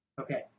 Okay